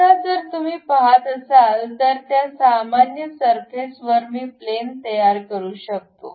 आता जर तुम्ही पाहत असाल तर त्या सामान्य सरफेसवर मी प्लॅन तयार करू शकतो